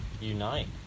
Unite